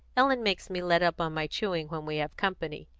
ellen makes me let up on my chewing when we have company,